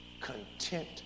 content